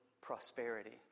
prosperity